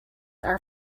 are